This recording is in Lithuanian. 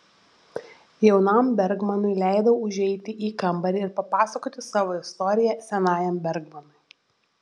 jaunam bergmanui leidau užeiti į kambarį ir papasakoti savo istoriją senajam bergmanui